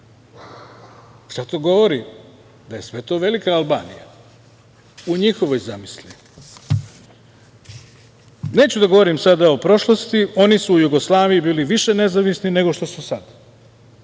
Šta to govori? Da je sve to velika Albanija u njihovoj zamisli. Neću da govorim sada o prošlosti. Oni su u Jugoslaviji bili više nezavisni nego što su sad.